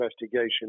investigation